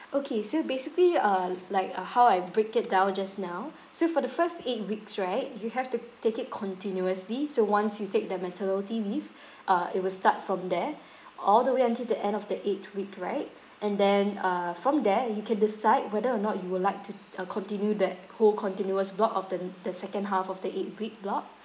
okay so basically uh l~ like uh how I break it down just now so for the first eight weeks right you have to take it continuously so once you take the maternity leave uh it will start from there all the way until the end of the eighth week right and then uh from there you can decide whether or not you would like to uh continue that whole continuous block of the the second half of the eight week block